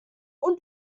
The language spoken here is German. und